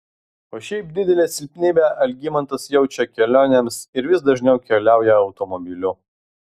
o šiaip didelę silpnybę algimantas jaučia kelionėms ir vis dažniau keliauja automobiliu